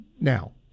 Now